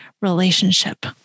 relationship